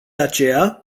aceea